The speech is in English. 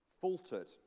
faltered